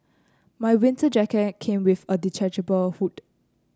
my winter jacket came with a detachable hood